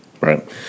Right